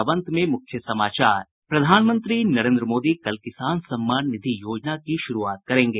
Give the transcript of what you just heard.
और अब अंत में मुख्य समाचार प्रधानमंत्री नरेंद्र मोदी कल किसान सम्मान निधि योजना की शुरूआत करेंगे